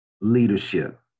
leadership